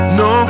no